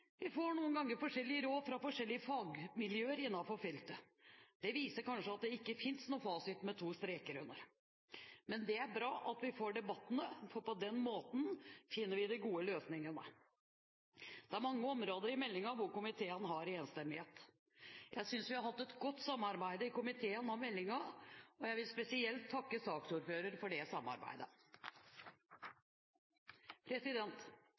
Vi får noen ganger forskjellige råd fra forskjellige fagmiljøer innenfor feltet. Det viser kanskje at det ikke finnes noen fasit med to streker under. Men det er bra at vi får debattene, for på den måten finner vi de gode løsningene. Det er mange områder i meldingen der det er enstemmighet i komiteen. Jeg synes vi har hatt et godt samarbeid om meldingen i komiteen, og jeg vil spesielt takke saksordføreren for det